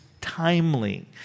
timely